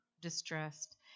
distressed